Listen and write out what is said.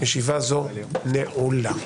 הישיבה נעולה.